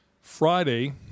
Friday